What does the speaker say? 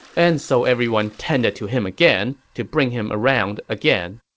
and so everyone tended to him again to bring him around again.